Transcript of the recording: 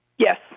Yes